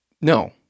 no